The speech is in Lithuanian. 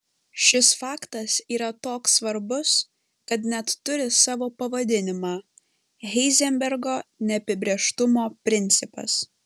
šis faktas yra toks svarbus kad net turi savo pavadinimą heizenbergo neapibrėžtumo principas